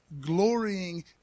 glorying